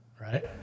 right